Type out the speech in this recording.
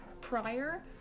prior